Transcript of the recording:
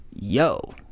yo